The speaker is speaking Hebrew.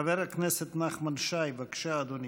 חבר הכנסת נחמן שי, בבקשה, אדוני,